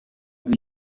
kuri